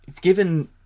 Given